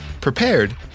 prepared